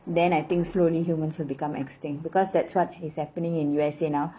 then I think slowly humans will become extinct because that's what is happening in U_S_A now